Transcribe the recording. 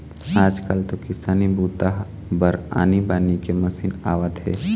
आजकाल तो किसानी बूता बर आनी बानी के मसीन आवत हे